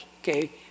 okay